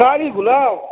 कारी गुलाब